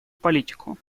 политику